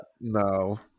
No